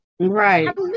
Right